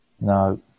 No